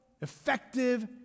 effective